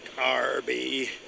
Arby